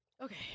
Okay